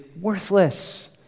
worthless